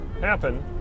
happen